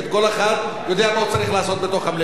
כל אחד יודע מה הוא צריך לעשות בתוך המליאה.